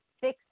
fix